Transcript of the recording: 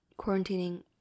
quarantining